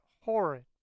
horrid